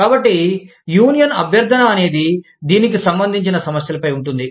కాబట్టి యూనియన్ అభ్యర్థన అనేది దీనికి సంబంధించిన సమస్యల పై ఉంటుంది